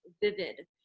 vivid